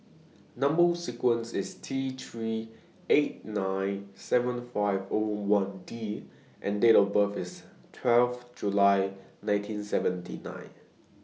Number sequence IS T three eight nine seven five O one D and Date of birth IS twelve July nineteen seventy nine